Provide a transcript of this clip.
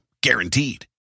guaranteed